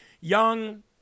young